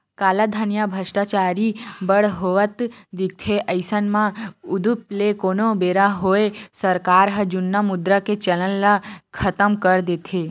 कालाधन या भस्टाचारी बड़ होवत दिखथे अइसन म उदुप ले कोनो बेरा होवय सरकार ह जुन्ना मुद्रा के चलन ल खतम कर देथे